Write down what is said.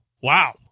Wow